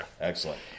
Excellent